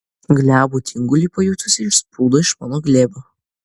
glebų tingulį pajutusi išsprūdo iš mano glėbio